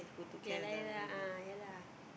ya lah ya lah ah ya lah